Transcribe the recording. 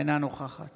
אינה נוכחת